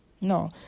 No